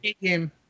game